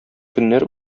көннәр